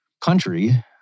country